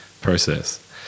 process